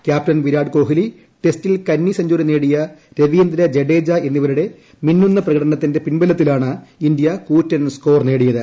captain Virat Kohli ടെസ്റ്റിൽ കന്നി century നേടിയ രവീന്ദ്ര ജഡേജ എന്നിവരുടെ മിന്നുന്ന പ്രകടനത്തിന്റെ പിൻബലത്തിലാണ് ഇന്ത്യ കൂറ്റൻ സ്കോർ നേടിയത്